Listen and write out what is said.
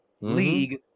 league